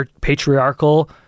patriarchal